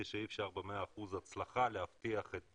שאי אפשר ב-100 אחוזים הצלחה להבטיח את